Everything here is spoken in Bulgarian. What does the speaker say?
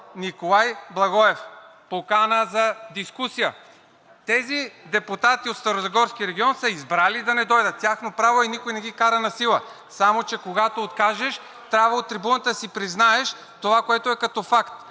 Николай Благоев“ – покана за дискусия. Тези депутати от Старозагорския регион са избрали да не дойдат, тяхно право е и никой не ги кара насила. Само че, когато откажеш, трябва от трибуната да си признаеш това, което е като факт